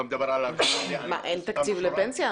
אין תקציב לפנסיה?